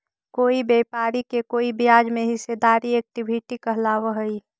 कोई व्यापारी के कोई ब्याज में हिस्सेदारी इक्विटी कहलाव हई